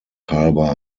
halber